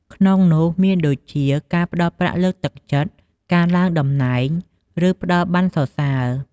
ក្នុងនោះមានដូចជា ការផ្ដល់ប្រាក់លើកទឹកចិត្ត ការឡើងតំណែង ឬ ផ្ដល់ប័ណ្ណសរសើរ។